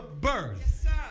birth